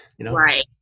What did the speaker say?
Right